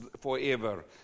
forever